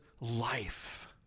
life